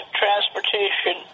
transportation